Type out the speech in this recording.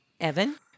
Evan